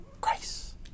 grace